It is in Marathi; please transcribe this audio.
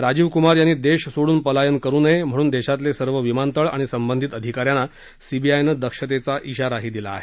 राजीवकुमार यांनी देश सोडून पलायन करु नये म्हणून देशातले सर्व विमानतळ आणि संबंधीत अधिकाऱ्यांना सीबीआयनं दक्षतेचा इशाराही दिला आहे